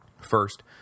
First